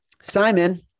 Simon